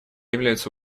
является